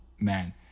man